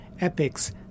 epics